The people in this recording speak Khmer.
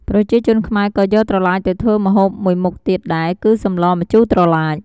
ប្រជាជនខ្មែរក៏យកត្រឡាចទៅធ្វើម្ហូបមួយមុខទៀតដែរ គឺសម្លម្ជូរត្រឡាច។